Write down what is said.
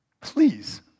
Please